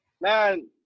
man